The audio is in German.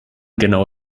genau